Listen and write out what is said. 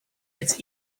its